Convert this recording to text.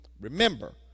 remember